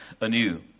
anew